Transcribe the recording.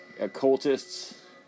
occultists